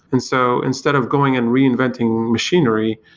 and so instead of going and reinventing machinery,